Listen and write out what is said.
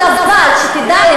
איפה?